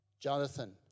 Jonathan